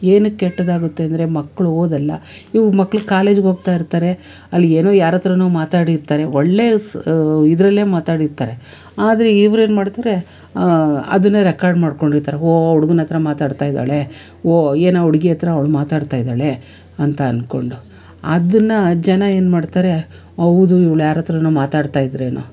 ಏನಕ್ಕೆ ಕೆಟ್ಟದಾಗುತ್ತೆ ಅಂದರೆ ಮಕ್ಕಳು ಓದೋಲ್ಲ ಇವು ಮಕ್ಳು ಕಾಲೇಜಿಗೆ ಹೋಗ್ತಾಯಿರ್ತಾರೆ ಅಲ್ಲಿ ಏನೋ ಯಾರತ್ರನೋ ಮಾತಾಡಿರ್ತಾರೆ ಒಳ್ಳೆ ಸು ಇದರಲ್ಲೇ ಮಾತಾಡಿರ್ತಾರೆ ಆದರೆ ಇವ್ರೇನು ಮಾಡ್ತಾರೆ ಅದನ್ನೇ ರೆಕಾರ್ಡ್ ಮಾಡ್ಕೊಂಡಿರ್ತಾರೆ ಓ ಆ ಹುಡ್ಗನತ್ರ ಮಾತಾಡ್ತಾ ಇದ್ದಾಳೆ ಓ ಏನೋ ಹುಡ್ಗಿ ಹತ್ರ ಅವ್ಳು ಮಾತಾಡ್ತಾ ಇದ್ದಾಳೆ ಅಂತ ಅಂದ್ಕೊಂಡು ಅದನ್ನು ಜನ ಏನ್ಮಾಡ್ತಾರೆ ಹೌದು ಇವ್ಳು ಯಾರತ್ರನೋ ಮಾತಾಡ್ತ ಇದ್ರೇನೋ